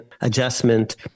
adjustment